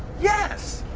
yes!